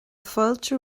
fáilte